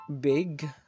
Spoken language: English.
big